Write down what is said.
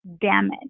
damage